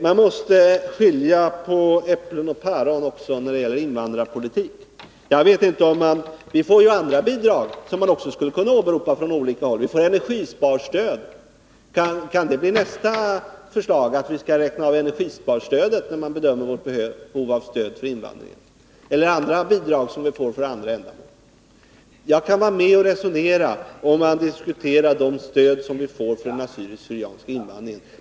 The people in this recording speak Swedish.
Man måste skilja på äpplen och päron också när det gäller Södertälje kommun får andra bidrag som man också från olika håll skulle kunna åberopa. Vi får energisparstöd. Kan det bli nästa förslag, att energisparstödet skall tas med när vårt behov av stöd för invandringen bedöms? Vi får bidrag för andra ändamål — skall de tas med vid bedömningen? Jag kan vara med och resonera om man diskuterar de stöd vi får för den assyriska/syrianska invandringen.